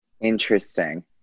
Interesting